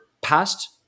past